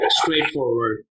straightforward